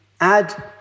add